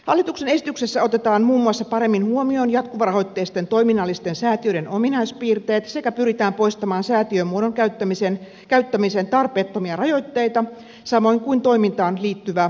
hallituksen esityksessä otetaan muun muassa paremmin huomioon jatkuvarahoitteisten toiminnallisten säätiöiden ominaispiirteet sekä pyritään poistamaan säätiömuodon käyttämisen tarpeettomia rajoitteita samoin kuin toimintaan liittyvää hallinnollista taakkaa